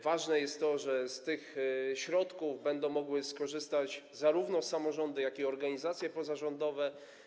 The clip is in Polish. Ważne jest to, że z tych środków będą mogły skorzystać zarówno samorządy, jak i organizacje pozarządowe.